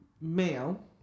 male